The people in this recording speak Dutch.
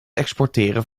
exporteren